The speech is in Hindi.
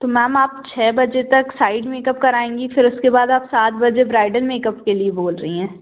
तो मैम आप छः बजे तक साइड मेकअप कराएँगी फिर उसके बाद आप सात बजे ब्राइडल मेकअप के लिए बोल रही हैं